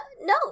no